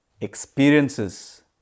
experiences